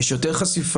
יש יותר חשיפה,